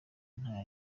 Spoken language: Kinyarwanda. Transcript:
nta